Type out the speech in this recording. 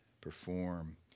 perform